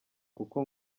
kuko